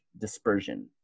dispersion